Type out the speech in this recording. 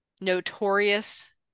notorious